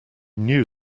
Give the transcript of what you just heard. knew